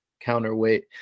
counterweight